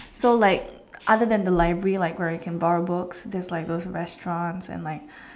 so like other than the library like where you can borrow books there's like those restaurants and like